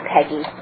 Peggy